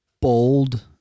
bold